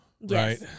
right